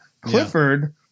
Clifford